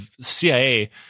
CIA